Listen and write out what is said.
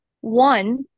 One